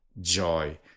joy